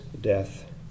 death